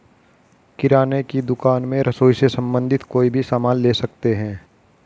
किराने की दुकान में रसोई से संबंधित कोई भी सामान ले सकते हैं